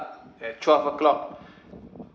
at twelve o'clock